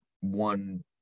one